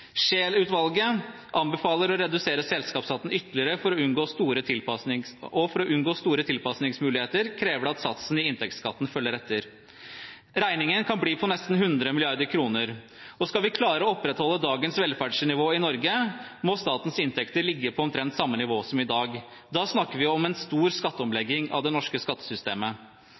Scheel-utvalget anbefaler å redusere selskapsskatten ytterligere, og for å unngå store tilpasningsmuligheter kreves det at satsen i inntektsskatten følger etter. Regningen kan bli på nesten 100 mrd. kr. Skal vi klare å opprettholde dagens velferdsnivå i Norge, må statens inntekter ligge på omtrent samme nivå som i dag. Da snakker vi om en stor skatteomlegging av det norske skattesystemet.